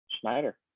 Schneider